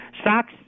Stocks